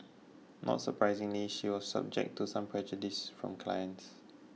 not surprisingly she was subject to some prejudice from clients